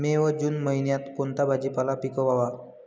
मे व जून महिन्यात कोणता भाजीपाला पिकवावा?